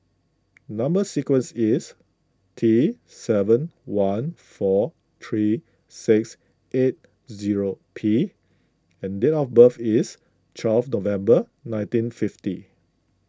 Number Sequence is T seven one four three six eight zero P and date of birth is twelve November nineteen fifty